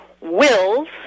wills